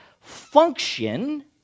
function